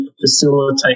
facilitate